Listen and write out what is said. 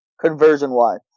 conversion-wise